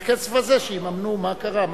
מהכסף הזה, שיממנו, מה קרה?